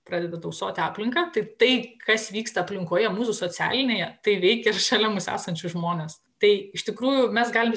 pradeda tausoti aplinką tai tai kas vyksta aplinkoje mūsų socialinėje tai veikia ir šalia mūsų esančius žmones tai iš tikrųjų mes galim